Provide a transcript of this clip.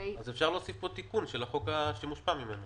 אז אפשר להוסיף תיקון של החוק שמושפע ממנו.